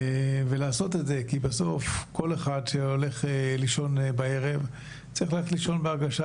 כי בסוף כל אחד שהולך לישון בערב צריך ללכת לישון בהרגשה